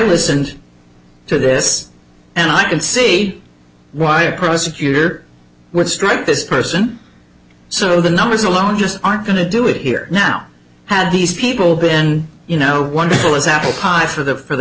listened to this and i can see why a prosecutor would strike this person so the numbers alone just aren't going to do it here now had these people been you know wonderful as apple pie for the for the